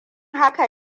haka